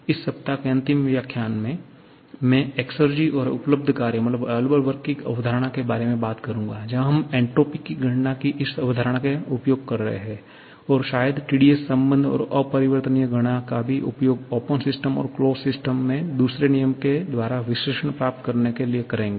इस सप्ताह के अंतिम व्याख्यान में मैं एक्सेरजी और उपलब्ध कार्य की अवधारणा के बारे में बात करूंगा जहां हम एन्ट्रापी गणना की इस अवधारणा का उपयोग कर रहे हैं और शायद TDS संबंध और अपरिवर्तनीय गणना का भी उपयोग ओपन सिस्टम और क्लोस्ड सिस्टम में दूसरे नियम के द्वारा विश्लेषण प्राप्त करने के लिए करेंगे